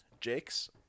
Jake's